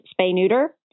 spay-neuter